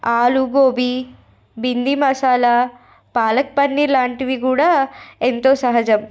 ఆలుగోబి బింది మసాలా పాలక్ పన్నీర్ లాంటివి కూడా ఎంతో సహజం